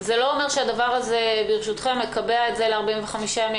ברשותכם, זה לא אומר שהדבר הזה מקבע ל-45 ימים.